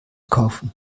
kaufen